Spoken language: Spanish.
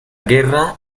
guerra